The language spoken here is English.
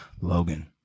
logan